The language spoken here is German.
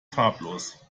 farblos